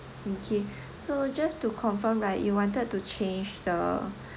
okay so just to confirm right you wanted to change the